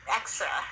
extra